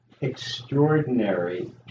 extraordinary